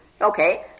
Okay